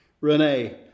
Rene